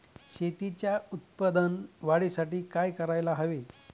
शेतीच्या उत्पादन वाढीसाठी काय करायला हवे?